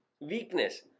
Weakness